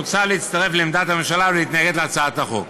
מוצע להצטרף לעמדת הממשלה ולהתנגד להצעת החוק.